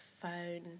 phone